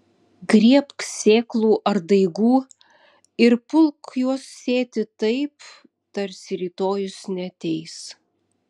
griebk sėklų ar daigų ir pulk juos sėti taip tarsi rytojus neateis